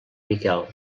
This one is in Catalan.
miquel